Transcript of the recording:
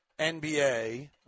NBA